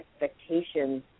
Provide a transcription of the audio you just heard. expectations